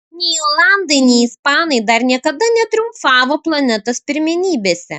nei olandai nei ispanai dar niekada netriumfavo planetos pirmenybėse